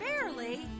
barely